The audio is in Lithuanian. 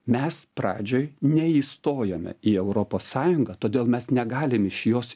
mes pradžioj neįstojome į europos sąjungą todėl mes negalim iš jos